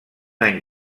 any